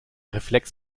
reflex